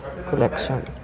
collection